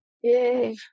Yay